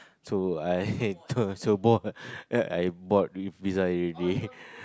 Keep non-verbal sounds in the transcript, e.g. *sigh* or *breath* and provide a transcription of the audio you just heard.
so I *breath* also bought uh I bought pizza already